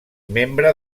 membre